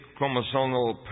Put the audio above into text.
chromosomal